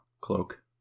cloak